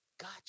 got